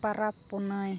ᱯᱟᱨᱟᱵᱽ ᱯᱩᱱᱟᱹᱭ